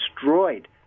destroyed